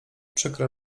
przykre